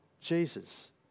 Jesus